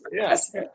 yes